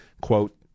quote